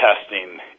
testing